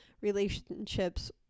relationships